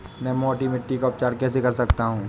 मैं मोटी मिट्टी का उपचार कैसे कर सकता हूँ?